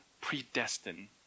predestined